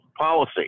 policy